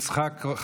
אדוני.